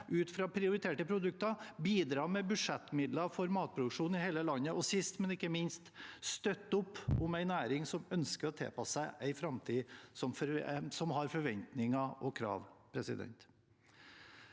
ut fra prioriterte produkter, bidra med budsjettmidler for matproduksjon i hele landet og sist, men ikke minst, støtte opp om en næring som ønsker å tilpasse seg framtidige forventninger og krav.